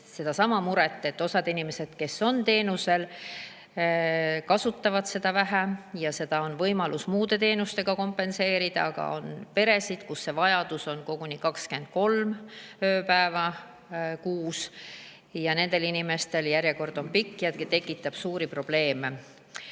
sedasama muret, et osa inimesi, kes on teenusel, kasutavad seda vähe, kuna seda on võimalik muude teenustega kompenseerida, aga on peresid, kus see vajadus on koguni 23 ööpäeva kuus. Nende inimeste jaoks on järjekord pikk ja see tekitab suuri probleeme.